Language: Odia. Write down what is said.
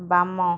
ବାମ